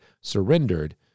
surrendered